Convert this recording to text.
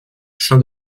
saint